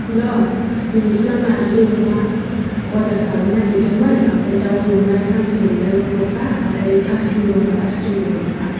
हेल' नोंसोरनाव नार्जि अमा अर्दार खालामनो नागिरदोंमोन ओमफ्राय दाउ एवनाय हांसो एवनाय हरफा ओमफ्राय आइसक्रिम दंबा आइसक्रिमबो हरफा